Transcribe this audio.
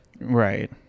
Right